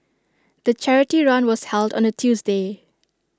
the charity run was held on A Tuesday